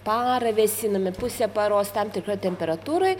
parą vėsinami pusė paros tam tikroj temperatūroj